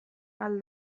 ahal